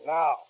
Now